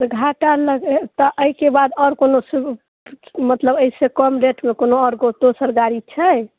तऽ घाटा लग तऽ एहिके बाद आओर कोनो सु मतलब एहि से कम रेटमे कोनो आओर दोसर गाड़ी छै